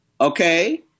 okay